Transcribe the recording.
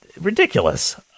Ridiculous